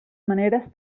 maneres